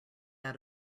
out